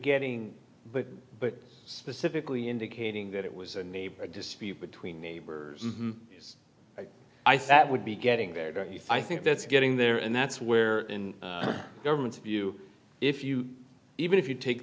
getting but but specifically indicating that it was a neighbor dispute between neighbors i think that would be getting very very i think that's getting there and that's where in government's view if you even if you take